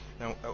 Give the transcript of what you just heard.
Now